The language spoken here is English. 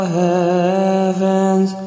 heavens